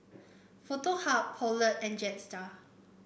Foto Hub Poulet and Jetstar